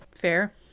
Fair